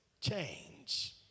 change